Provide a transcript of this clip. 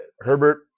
Herbert